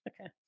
Okay